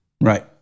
Right